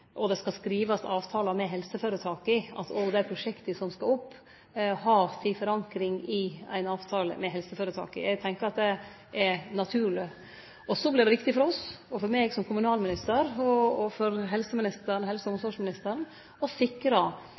ordning. Det skal skrivast avtale med helseføretaka om at dei prosjekta som skal opp, har si forankring i ein avtale med helseføretaket. Eg tenkjer at det er naturleg. Så vert det viktig for oss og for meg som kommunalminister og for helse- og omsorgsministeren, å